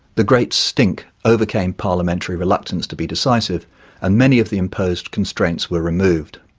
the great stink overcame parliamentary reluctance to be decisive and many of the imposed constraints were removed.